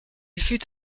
fut